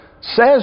says